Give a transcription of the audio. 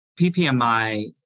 PPMI